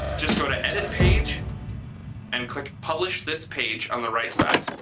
just go to edit page and click publish this page on the right side.